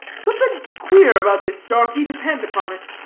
something queer about this darkie, depend upon it.